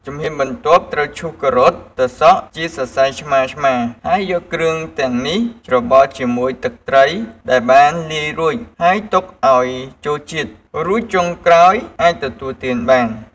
ជំហានបន្ទាប់ត្រូវឈូសការ៉ុត ត្រសក់ជាសរសៃឆ្មាៗ ហើយយកគ្រឿងទាំងនេះច្របល់ជាមួយទឹកត្រីដែលបានលាយរួច ហើយទុកឲ្យចូលជាតិ រួចចុងក្រោយអាចទទួលទានបាន។